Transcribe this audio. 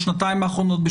בשנתיים האחרונות?